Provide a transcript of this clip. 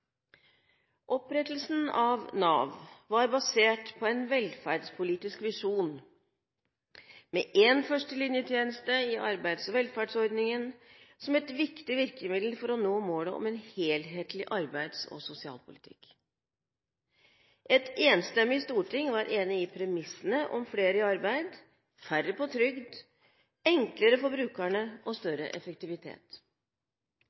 Opprettelsen av Nav var basert på en velferdspolitisk visjon, med én førstelinjetjeneste i arbeids- og velferdsordningen som et viktig virkemiddel for å nå målet om en helhetlig arbeids- og sosialpolitikk. Et enstemmig storting var enig i premissene om flere i arbeid, færre på trygd, enklere for brukerne og